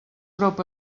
prop